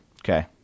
Okay